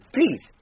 Please